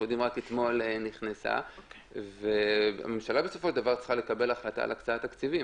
שרק אתמול הושבעה והממשלה צריכה לקבל החלטה על הקצאת תקציבים.